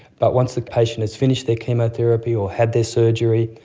but once the patient has finished their chemotherapy or had their surgery,